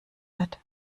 wird